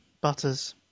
Butters